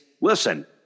listen